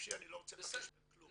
חופשי אני לא רוצה מהם כלום.